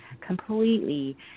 completely